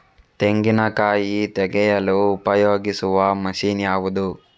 ತೆಂಗಿನಕಾಯಿ ತೆಗೆಯಲು ಉಪಯೋಗಿಸುವ ಮಷೀನ್ ಯಾವುದು?